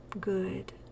good